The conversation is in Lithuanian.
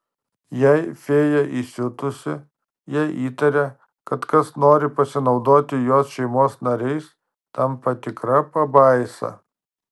jei fėja įsiutusi jei įtaria kad kas nori pasinaudoti jos šeimos nariais tampa tikra pabaisa